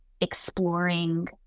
exploring